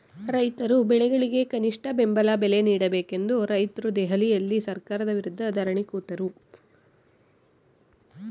ರೈತರ ಬೆಳೆಗಳಿಗೆ ಕನಿಷ್ಠ ಬೆಂಬಲ ಬೆಲೆ ನೀಡಬೇಕೆಂದು ರೈತ್ರು ದೆಹಲಿಯಲ್ಲಿ ಸರ್ಕಾರದ ವಿರುದ್ಧ ಧರಣಿ ಕೂತರು